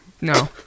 No